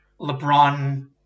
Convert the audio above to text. LeBron-